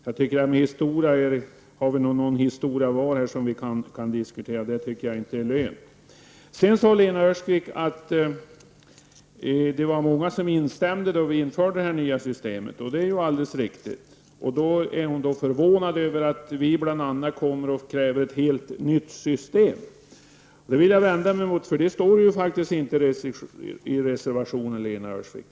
Jag menar att vi nog alla har historier som vi kan diskutera, och det är därför inte lönt att ta upp detta. Lena Öhrsvik sade att många accepterade att det nya systemet infördes. Det är ju alldeles riktigt. Hon är förvånad över att bl.a. vi moderater kräver ett helt nytt system. Jag vill vända mig emot detta. Så står det ju faktiskt inte i reservationen, Lena Öhrsvik.